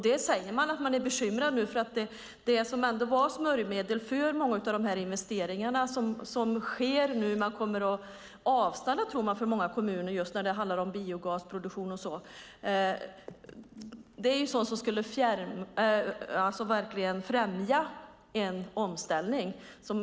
Där säger man att man är bekymrad för att det som ändå var smörjmedel för många av de investeringar som nu sker kommer att avstanna i många kommuner när det handlar om biogasproduktion och dylikt. Det är sådant som verkligen skulle främja en omställning.